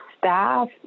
staff